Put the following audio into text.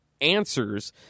answers